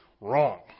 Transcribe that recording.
wrong